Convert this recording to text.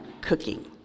cooking